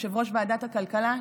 יושב-ראש ועדת הכלכלה,